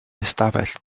ystafell